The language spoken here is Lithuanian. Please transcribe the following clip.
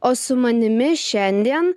o su manimi šiandien